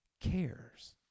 cares